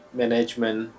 management